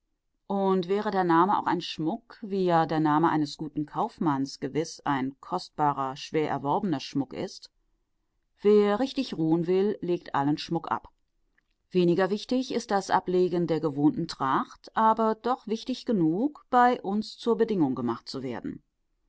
und wäre der name auch ein schmuck wie ja der name eines guten kaufmanns gewiß ein kostbarer schwer erworbener schmuck ist wer richtig ruhen will legt allen schmuck ab weniger wichtig ist das ablegen der gewohnten tracht aber doch wichtig genug bei uns zur bedingung gemacht zu werden